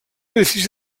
edifici